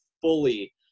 fully